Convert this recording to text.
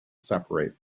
separate